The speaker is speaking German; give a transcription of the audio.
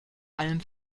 allem